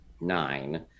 nine